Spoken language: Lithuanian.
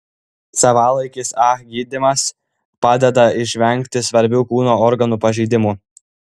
savalaikis ah gydymas padeda išvengti svarbių kūno organų pažeidimų